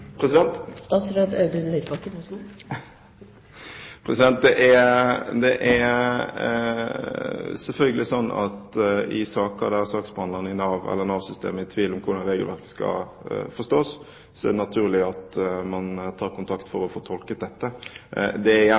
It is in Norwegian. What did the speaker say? det? Det er selvfølgelig sånn at i saker der saksbehandlerne i Nav eller Nav-systemet er i tvil om hvordan regelverket skal forstås, er det naturlig at man tar kontakt for å få tolket dette. Det er igjen vanskelig for meg å bli veldig konkret, fordi jeg